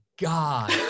God